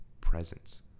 presence